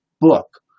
book